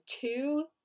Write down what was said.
two